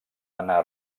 anar